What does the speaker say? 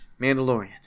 Mandalorian